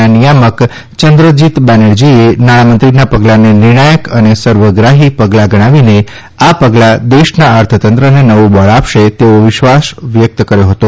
ના નિયામક ચંદ્રજીત બેનરજીએ નાણામંત્રીના પગલાને નિર્ણાયક અને સર્વગ્રાહી પગલા ગણાવીને આ પગલાં દેશના અર્થતંત્રને નવું બળ આપશે તેવો વિશ્વાસ વ્યક્ત કર્યો હતો